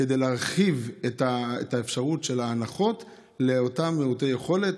כדי להרחיב את האפשרות של ההנחות לאותם מעוטי יכולת,